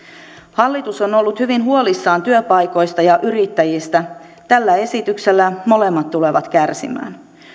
hallitus on ollut hyvin huolissaan työpaikoista ja yrittäjistä tällä esityksellä molemmat tulevat kärsimään